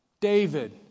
David